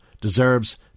deserves